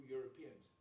Europeans